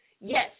Yes